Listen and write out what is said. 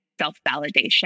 self-validation